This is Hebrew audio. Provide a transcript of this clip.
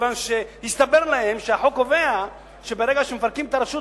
כיוון שהסתבר להם שהחוק קובע שברגע שמפרקים את הרשות,